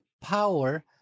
power